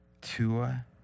Tua